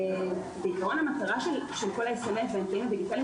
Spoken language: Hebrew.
עקרונית המטרה של המסרונים והאמצעים הדיגיטליים